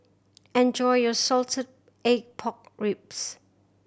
enjoy your salted egg pork ribs